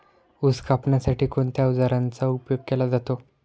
ऊस कापण्यासाठी कोणत्या अवजारांचा उपयोग केला जातो?